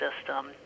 system